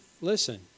listen